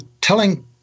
telling